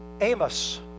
Amos